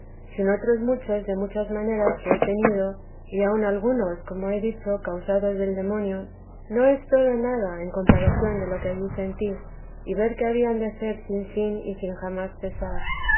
sin otros muchos de muchas maneras que he tenido y aun algunos como he dicho causados del demonio no es todo nada en comparación de lo que allí sentí y ver que habían de ser sin fin y sin jamás cesar